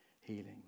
healing